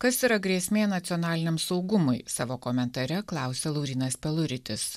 kas yra grėsmė nacionaliniam saugumui savo komentare klausia laurynas peluritis